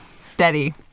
steady